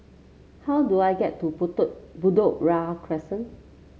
how do I get to Bedok Bedok Ria Crescent